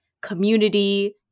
community